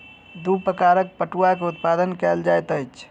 दू प्रकारक पटुआ के उत्पादन कयल जाइत अछि